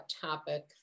topic